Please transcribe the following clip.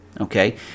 Okay